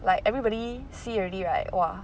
like everybody see already right !wah!